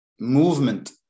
Movement